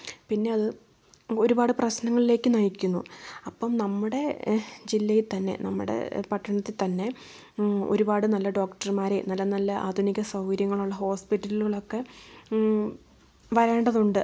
പിന്നെ അത് ഒരുപാട് പ്രശ്നങ്ങളിലേക്ക് നയിക്കുന്നു അപ്പം നമ്മുടെ ജില്ലയിൽതന്നെ നമ്മുടെ പട്ടണത്തിൽതന്നെ ഒരുപാട് നല്ല ഡോക്ടറുമാർ നല്ല നല്ല ആധുനിക സൗകര്യങ്ങളുള്ള ഹോസ്പിറ്റലുകളൊക്കെ വരേണ്ടതുണ്ട്